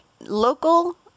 local